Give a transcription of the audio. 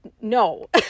no